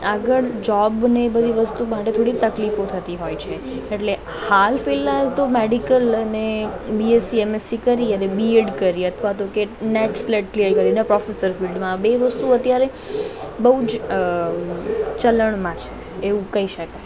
આગળ જોબને એ બધી વસ્તુ માટે થોડી તકલીફો થતી હોય છે એટલે હાલ ફિલ્હાલ તો મૅડિકલ અને બીએસસી એમએસસી કરી અને બીએડ કરી અથવા તો કેટ નેટ સ્લેટ ક્લિઅર કરીને પ્રોફેસર્સ બનવું આ બે વસ્તુ અત્યારે બહુ જ ચલણમાં છે એવું કહી શકાય